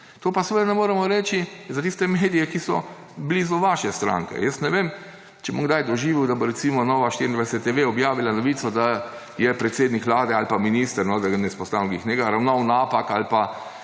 Tega pa ne moremo reči za tiste medije, ki so blizu vaše stranke. Jaz ne vem, če bom kdaj doživel, da bo recimo Nova24TV objavila novico, da je predsednik Vlade ali pa minister, da ne izpostavljam ravno njega, ravnal napak ali pa